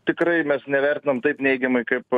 tikrai mes nevertinam taip neigiamai kaip